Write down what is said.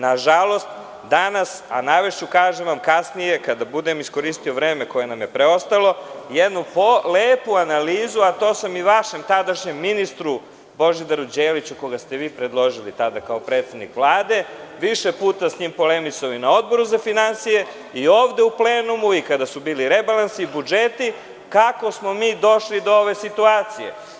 Nažalost danas, a navešću kasnije, kada budem koristio vreme koje nam je preostalo, jednu lepu analizu, a to sam i vašem tadašnjem ministru, Božidaru Đeliću, koga ste vi predložili tada kao predsednik Vlade, više puta s njim polemisali na Odboru za finansije i ovde u plenumu i kada su bili rebalansi i budžeti, kako smo mi došli do ove situacije.